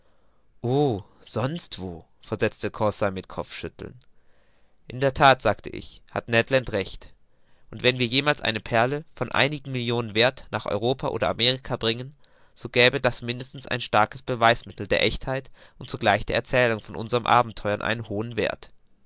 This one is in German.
wo versetzte conseil mit kopfschütteln in der that sagte ich hat ned land recht und wenn wir jemals eine perle von einigen millionen werth nach europa oder amerika bringen so gäbe das mindestens ein starkes beweismittel der echtheit und zugleich der erzählung von unseren abenteuern einen hohen werth